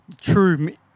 true